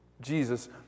Jesus